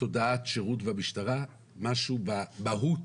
תודעת שירות במשטרה, משהו במהות